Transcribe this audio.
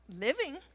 living